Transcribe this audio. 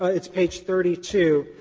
ah it's page thirty two,